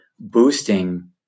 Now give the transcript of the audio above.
boosting